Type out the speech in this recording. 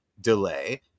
delay